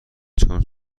چون